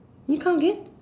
you count again